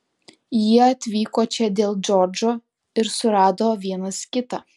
jie atvyko čia dėl džordžo ir surado vienas kitą